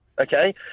Okay